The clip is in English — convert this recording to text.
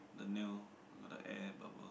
the nail the air bubble